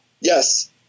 Yes